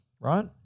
right